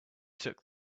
took